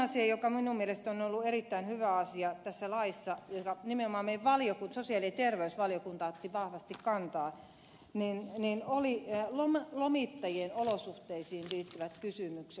toinen asia joka minun mielestäni on ollut erittäin hyvä asia tässä laissa ja johon nimenomaan sosiaali ja terveysvaliokunta otti vahvasti kantaa oli lomittajien olosuhteisiin liittyvät kysymykset